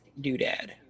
doodad